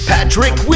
Patrick